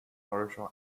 original